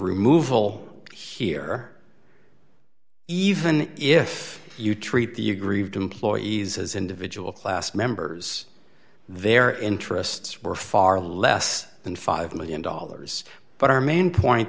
removal here even if you treat the aggrieved employees as individual class members their interests were far less than five million dollars but our main point